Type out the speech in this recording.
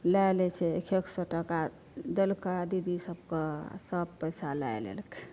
लए लै छै एक एक सए टका देलकै दीदी सबके आ सब पैसा लै लेलकै